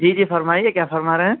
جی جی فرمائیے کیا فرما رہے ہیں